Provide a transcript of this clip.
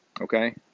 okay